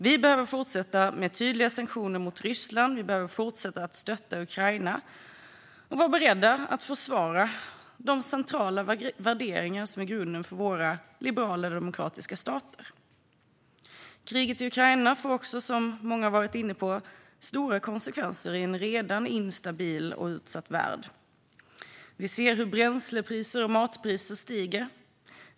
Vi behöver fortsätta med tydliga sanktioner mot Ryssland. Vi behöver också fortsätta att stötta Ukraina och vara beredda att försvara de centrala värderingar som är grunden för våra liberala demokratiska stater. Kriget i Ukraina får också, som många varit inne på, stora konsekvenser i en redan instabil och utsatt värld. Vi ser hur bränslepriser och matpriser stiger.